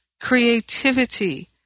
creativity